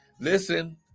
Listen